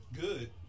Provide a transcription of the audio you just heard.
good